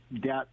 debt